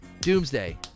Doomsday